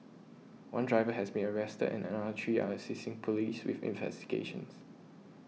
one driver has been arrested and another three are assisting police with investigations